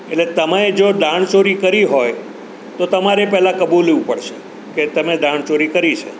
એટલે તમે જો દાણચોરી કરી હોય તો તમારે પહેલાં કબૂલવું પડશે કે તમે દાણચોરી કરી છે